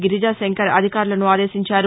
గిరిజాశంకర్ అధికారులను ఆదేశించారు